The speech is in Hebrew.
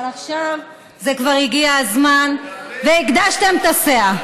אבל עכשיו כבר הגיע הזמן והגדשתם את הסאה.